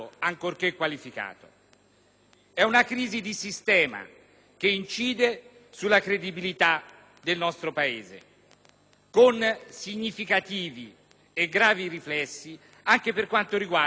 una crisi di sistema che incide sulla credibilità del nostro Paese, con significativi e gravi riflessi anche per quanto riguarda lo sviluppo economico.